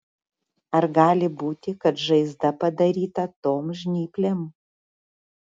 ar gali būti kad žaizda padaryta tom žnyplėm